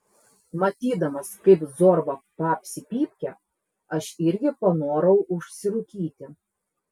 matydamas kaip zorba papsi pypkę aš irgi panorau užsirūkyti